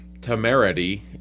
temerity